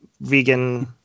vegan